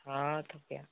हाँ तो क्या